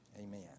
Amen